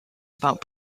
about